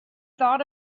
thought